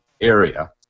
area